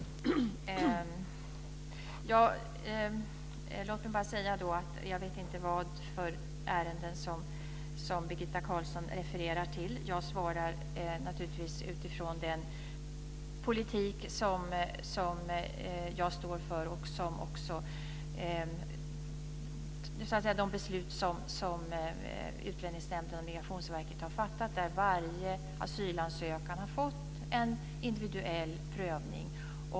Fru talman! Låt mig bara säga att jag inte vet vilka ärenden som Birgitta Carlsson refererar till. Jag svarar naturligtvis utifrån den politik som jag står för och de beslut som Utlänningsnämnden och Migrationsverket har fattat, där varje asylansökan har fått en individuell prövning.